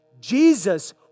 Jesus